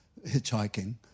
hitchhiking